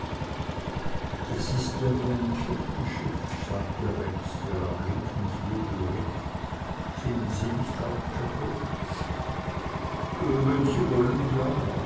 das ist ja wie ein kirchenschiff sagte rex der am linken flügel ritt finden sie nicht auch czako wenn sie wollen ja